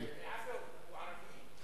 אגב, הוא ערבי?